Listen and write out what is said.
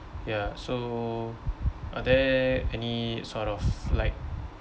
ya so are there any sort of like